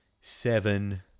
seven